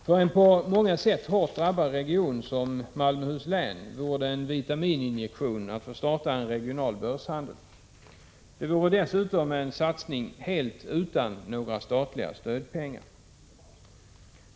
För en på många sätt hårt drabbad region som Malmöhus län vore det en vitamininjektion att få starta en regional börshandel. Det vore dessutom en satsning helt utan några statliga stödpengar.